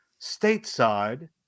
stateside